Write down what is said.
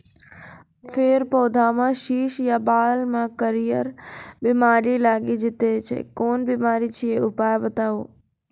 फेर पौधामें शीश या बाल मे करियर बिमारी लागि जाति छै कून बिमारी छियै, उपाय बताऊ?